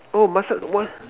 oh massage what